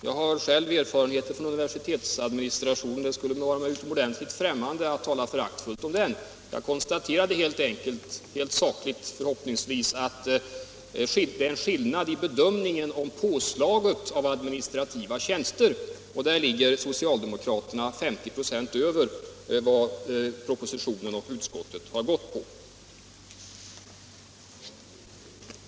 Jag har själv erfarenheter från universitetsadministration, och det vore mig utomordentligt främmande att tala föraktfullt om den. Jag konstaterade att det är en skillnad i bedömningen av påslaget med administrativa tjänster. Där ligger socialdemokraterna 50 26 över vad propositionen och utskottet har stannat för.